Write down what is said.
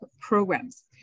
programs